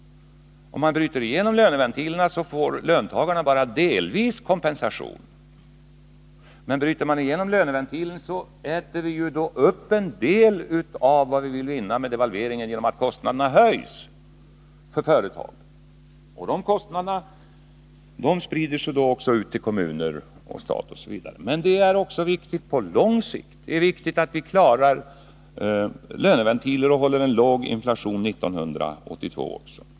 Om man bryter igenom löneventilen har det två nackdelar: löntagarna får bara delvis kompensation, och genom att kostnaderna höjs för företagen äter vi upp en del av det som vi vill vinna med devalveringen. Kostnaderna sprider sig då också ut till kommunerna och till staten. Det är också viktigt på lång sikt att vi klarar löneventilen och håller inflationen på en låg nivå.